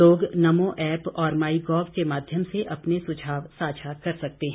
लोग नमो ऐप और my gov के माध्यम से अपने सुझाव साझा कर सकते हैं